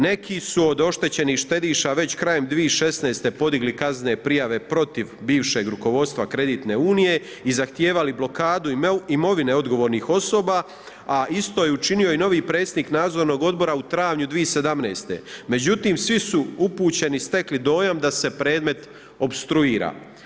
Neki su od oštećenih štediša već krajem 2016. podigli kaznene prijave protiv bivšeg rukovodstva kreditne unije i zahtijevali blokadu imovine odgovornih osoba, a isto je učinio i novi predsjednik nadzornog odbora u travnju 2017., međutim svi su upućeni stekli dojam da se predmet opstruira.